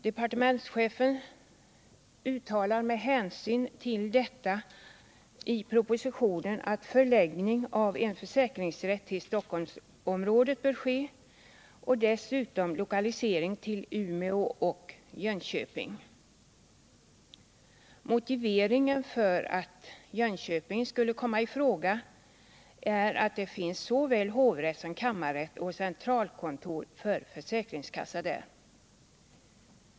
Departementschefen uttalar med hänsyn härtill i propositionen att en försäkringsrätt bör förläggas till Stockholmsområdet och att lokalisering dessutom bör ske till Umeå och Jönköping. Motiveringen för att Jönköping skulle komma i fråga är att det finns såväl hovrätt som kammarrätt och centralkontor för försäkringskassa där.